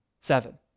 seven